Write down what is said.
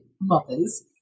mothers